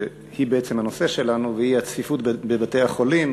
שהיא בעצם הנושא שלנו, והיא הצפיפות בבתי-החולים.